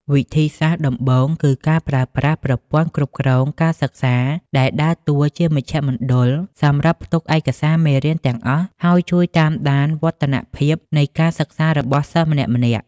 វិធីសាស្ត្រដំបូងគឺការប្រើប្រាស់ ប្រព័ន្ធគ្រប់គ្រងការសិក្សា ដែលដើរតួជាមជ្ឈមណ្ឌលសម្រាប់ផ្ទុកឯកសារមេរៀនទាំងអស់ ហើយជួយតាមដានវឌ្ឍនភាពនៃការសិក្សារបស់សិស្សម្នាក់ៗ។